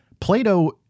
Plato